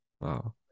Wow